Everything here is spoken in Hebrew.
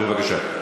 בבקשה.